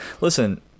listen